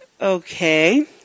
Okay